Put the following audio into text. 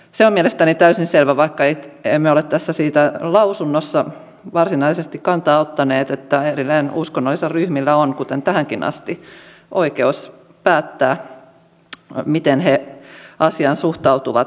se on mielestäni täysin selvä vaikka emme ole tässä lausunnossa siihen varsinaisesti kantaa ottaneet että edelleen uskonnollisilla ryhmillä on kuten tähänkin asti oikeus päättää miten ne asiaan suhtautuvat